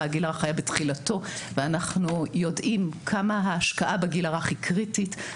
הגיל הרך היה בתחילתו ואנחנו יודעים כמה ההשקעה בגיל הרך היא קריטית,